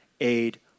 aid